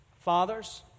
Fathers